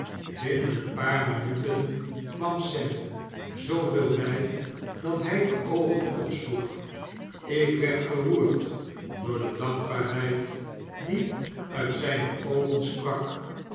binnen een paar minuten kwam sem zooveel by dat hij de oogen opsloeg ik werd geroerd door de dankbaarheid die uit zyne oogen sprak